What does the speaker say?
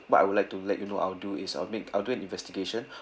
what I would like to let you know I'll do is I'll make I'll do an investigation